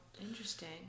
Interesting